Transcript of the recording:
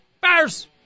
Bears